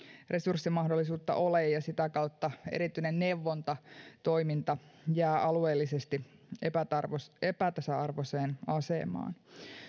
resurssimahdollisuutta ole ja sitä kautta erityinen neuvontatoiminta jää alueellisesti epätasa epätasa arvoiseen asemaan